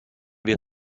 wir